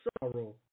sorrow